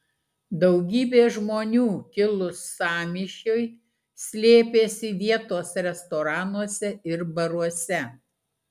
daugybė žmonių kilus sąmyšiui slėpėsi vietos restoranuose ir baruose